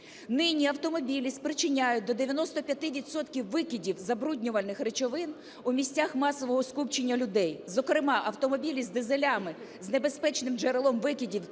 Нині автомобілі спричиняють до 95 відсотків викидів забруднювальних речовин у місцях масового скупчення людей, зокрема автомобілі з дизелями з небезпечним джерелом викидів